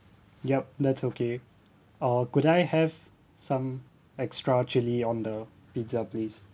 yup that's okay uh could I have some extra chilli on the pizza please